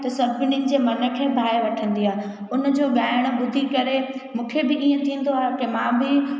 त सभिनीनि जे मन खे भाए वठंदी आहे उनजो गाइण ॿुधी करे मूंखे बि ईअं थींदो आहे की मां बि